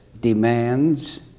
demands